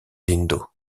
lindau